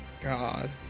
God